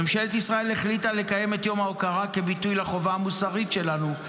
ממשלת ישראל החליטה לקיים את יום ההוקרה כביטוי לחובה המוסרית שלנו,